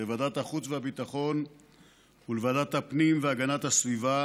לוועדת החוץ והביטחון ולוועדת הפנים והגנת הסביבה